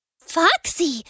Foxy